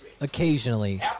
occasionally